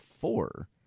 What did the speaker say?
four